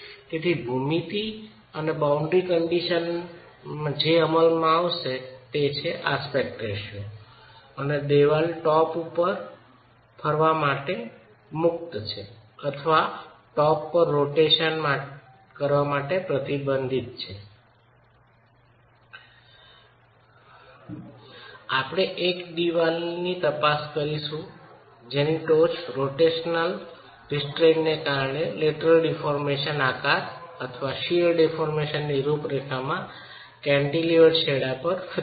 તેથી ભૂમિતિ અને બાઉન્ડ્રી કન્ડિશન જે અમલમાં આવશે જે એક્સેપ્ટ રેશિયો છે અને દિવાલ ટોચ પર ફરવા માટે મુક્ત છે અથવા ટોચ પર પરિભ્રમણ કરવા ઉપર પ્રતિબંધીત છે આપણે એક દિવાલની તપાસ કરીશું જેની ટોચ રોટેશનલ સંયમના કારણે લેટરલ ડીફોરર્મેશન આકાર અથવા શીઅર ડીફોરર્મેશનની રૂપરેખામાં કેન્ટીલેવર્ડ છેડા ઉપર મુક્ત છે